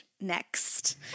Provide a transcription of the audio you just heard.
next